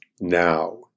now